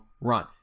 run